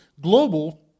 global